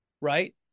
right